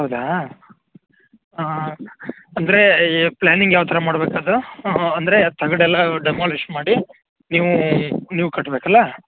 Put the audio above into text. ಹೌದಾ ಹಾಂ ಅಂದರೆ ಈಗ ಪ್ಲಾನಿಂಗ್ ಯಾವ ಥರ ಮಾಡ್ಬೇಕದು ಹ್ಞೂ ಅಂದರೆ ತಗಡು ಎಲ್ಲ ಡೆಮೊಲಿಶ್ ಮಾಡಿ ನೀವೂ ನೀವು ಕಟ್ಬೇಕಲ್ಲ